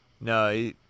No